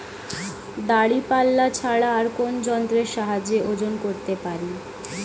দাঁড়িপাল্লা ছাড়া আর কোন যন্ত্রের সাহায্যে ওজন করতে পারি?